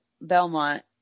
Belmont